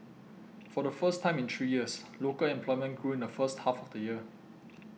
for the first time in three years local employment grew in the first half of the year